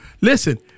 listen